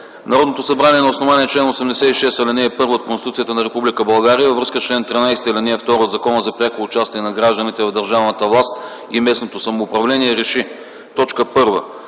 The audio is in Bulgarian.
Народното събрание на основание чл. 86, ал. 1 от Конституцията на Република България, във връзка с чл. 13, ал. 2 от Закона за пряко участие на гражданите в държавната власт и местното самоуправление Р Е Ш И: 1.